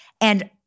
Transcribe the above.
and-